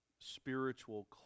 spiritual